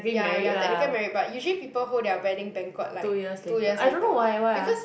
ya you're technically married but usually people hold their wedding banquet like two years later because